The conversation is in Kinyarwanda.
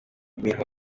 imirimo